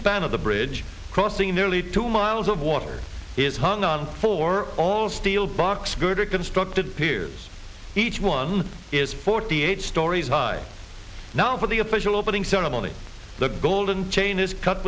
span of the bridge crossing nearly two miles of water is hung on for all steel box good are constructed piers each one is forty eight stories high now for the official opening ceremony the golden chain is cut